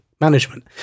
Management